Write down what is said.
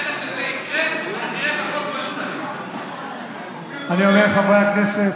ברגע שזה יקרה אתה תראה, אני אומר, חברי הכנסת,